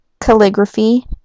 calligraphy